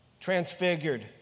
transfigured